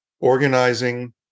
organizing